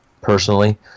Personally